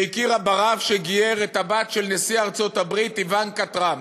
והכירה ברב שגייר את הבת של נשיא ארצות-הברית איוונקה טראמפ.